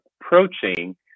approaching